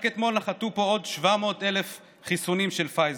רק אתמול נחתו פה עוד 700,000 חיסונים של פייזר.